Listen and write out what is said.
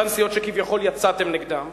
אותן סיעות שכביכול יצאתם נגדן,